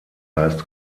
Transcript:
heißt